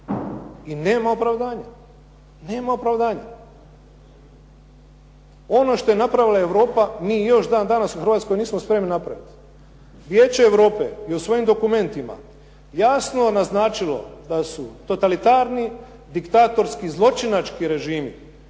nema opravdanja. Ono što je napravila Europa mi još dan danas u Hrvatskoj nismo spremni napraviti. Vijeće Europe je u svojim dokumentima jasno naznačilo da su totalitarni, diktatorski, zločinački režimi